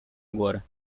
agora